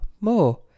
more